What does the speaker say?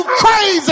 crazy